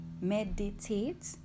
Meditate